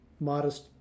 modest